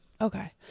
Okay